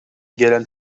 gelen